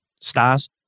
stars